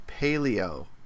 paleo